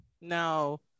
now